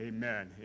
Amen